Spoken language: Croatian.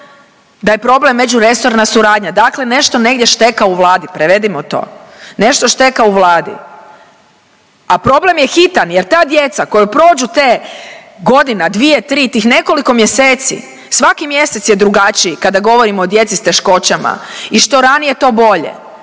da je problem međuresorna suradnja, dakle nešto negdje šteka u Vladi prevodimo to, nešto šteka u Vladi, a problem je hitan jer ta djeca koja prođu te godina, dvije, tri, tih nekoliko mjeseci svaki mjesec je drugačiji kada govorimo o djeci s teškoćama i što ranije to bolje,